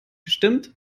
gestimmt